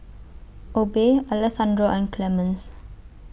Obe Alessandro and Clemence